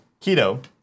Keto